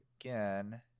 again